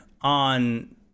on